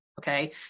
okay